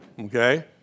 Okay